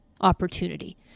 opportunity